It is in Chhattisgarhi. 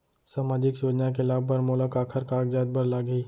सामाजिक योजना के लाभ बर मोला काखर कागजात बर लागही?